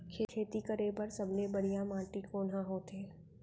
खेती करे बर सबले बढ़िया माटी कोन हा होथे?